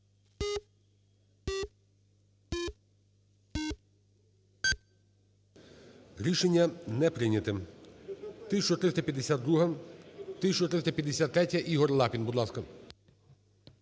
Рішення не прийнято. 1352. 1353. Ігор Лапін, будь ласка.